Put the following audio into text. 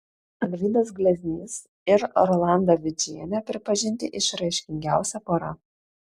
alvydas gleznys ir rolanda vidžienė pripažinti išraiškingiausia pora